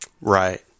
Right